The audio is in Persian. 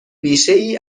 بیشهای